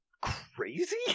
crazy